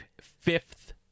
fifth